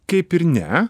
kaip ir ne